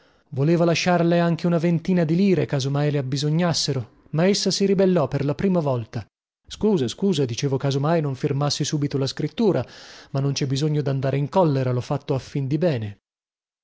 voleva lasciarle anche una ventina di lire caso mai le abbisognassero ma essa si ribellò per la prima volta scusa scusa dicevo caso mai non firmassi subito la scrittura ma non cè bisogno dandare in collera lho fatto a fin di bene